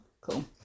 Cool